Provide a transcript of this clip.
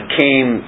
came